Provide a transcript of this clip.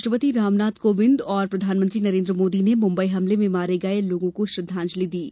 राष्ट्रपति रामनाथ कोविंद और प्रधानमंत्री नरेंद्र मोदी ने मुम्बई हमले में मारे गए लोगों को श्रद्वांजलि दी है